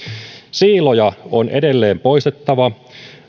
siiloja on edelleen poistettava